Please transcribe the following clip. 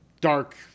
dark